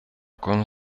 con